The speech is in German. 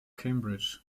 cambridge